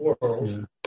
world